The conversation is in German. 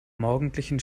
morgendlichen